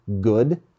good